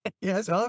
Yes